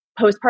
Postpartum